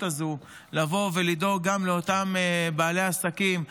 הזו לבוא לדאוג גם לאותם בעלי עסקים,